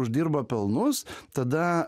uždirba pelnus tada